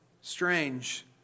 strange